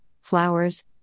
flowers